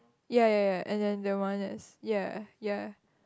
ya ya ya and then the one is ya ya